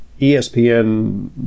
ESPN